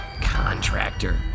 Contractor